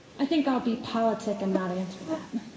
i think i'll be politic and not answer that.